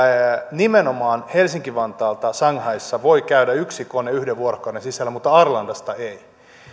nimenomaan helsinki vantaalta voi shanghaissa käydä yksi kone yhden vuorokauden sisällä mutta arlandasta ei